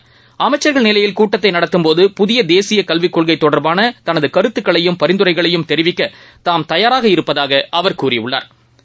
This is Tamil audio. போது அமைச்சர்கள் நிலையில் கூட்டத்தைநடத்தும் புதியதேசியக் கல்விக் கொள்கைதொடர்பானதனதுகருத்துகளையும் பரிந்துரைகளையும் தெரிவிக்கதாம் தயாராக இருப்பதாகஅவர் கூறியுள்ளா்